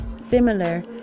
Similar